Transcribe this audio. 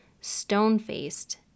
stone-faced